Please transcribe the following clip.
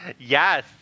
Yes